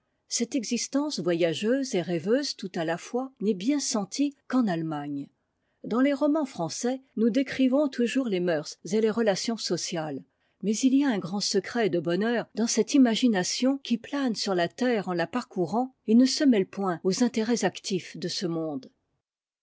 cette existence voyageuse et rêveuse tout à la fois n'est bien sentie qu'en allemagne dans les romans français nous décrivons toujours les moeurs et les relations sociales mais il y a un grand secret de bonheur dans cette imagination qui plane sur la terre en la parcourant et ne se mêle point aux intérêts actifs de ce monde